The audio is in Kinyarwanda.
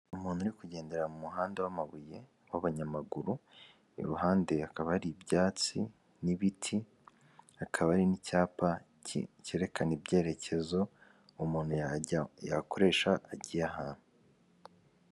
Umuntu uri kugendera mu muhanda w'amabuye w'abanyamaguru, iruhande hakaba har’ibyatsi n'ibiti, hakaba hari n'icyapa cyerekana ibyerekezo umuntu yajya akoresha agiye ahantu.